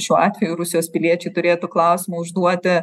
šiuo atveju rusijos piliečiai turėtų klausimą užduoti